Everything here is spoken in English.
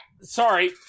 Sorry